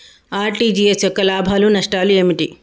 RTGS యొక్క లాభాలు నష్టాలు ఏమిటి?